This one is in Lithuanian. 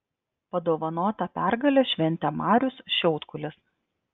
padovanotą pergalę šventė marius šiaudkulis